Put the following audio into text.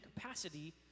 capacity